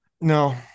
No